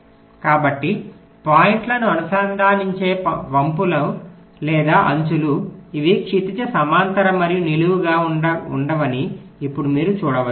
కాబట్టి పాయింట్లను అనుసంధానించే వంపులు లేదా అంచులు అవి క్షితిజ సమాంతర మరియు నిలువుగా ఉండవని ఇప్పుడు మీరు చూడవచ్చు